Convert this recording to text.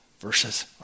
verses